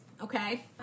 Okay